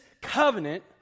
covenant